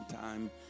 time